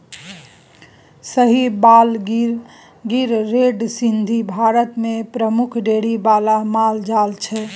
Sahiwal, Gir, red Sindhi Bharat मे प्रमुख dairy बला माल जाल छै